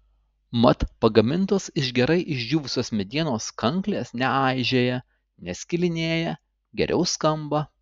mat pagamintos iš gerai išdžiūvusios medienos kanklės neaižėja neskilinėja geriau skamba